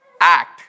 act